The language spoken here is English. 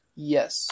Yes